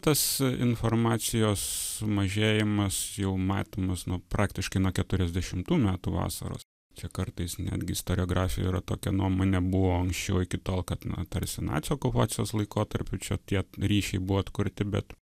tas informacijos mažėjimas jau matymas nu praktiškai nuo keturiasdešimų metų vasaros čia kartais netgi istoriografijoj yra tokia nuomonė buvo anksčiau iki tol kad na tarsi nacių okupacijos laikotarpiu čia tie ryšiai buvo atkurti bet